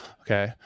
Okay